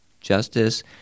justice